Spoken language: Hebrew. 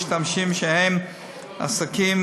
משתמשים שהם עסקים,